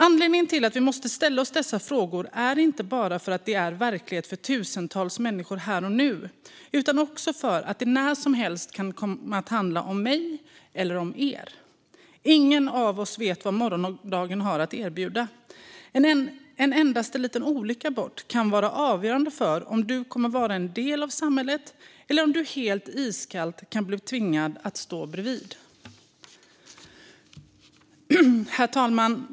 Anledningen till att vi måste ställa oss dessa frågor är inte bara att det är verklighet för tusentals människor här och nu, utan också att det när som helst kan komma att handla om mig eller om er. Ingen av oss vet vad morgondagen har att erbjuda. En endaste liten olycka kan vara avgörande för om du kommer att vara del av samhället eller om du helt iskallt blir tvingad att stå bredvid. Herr talman!